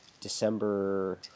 December